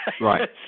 Right